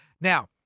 Now